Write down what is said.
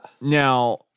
Now